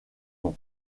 nom